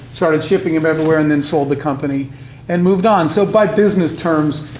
started shipping him everywhere, and then sold the company and moved on. so by business terms,